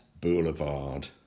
Boulevard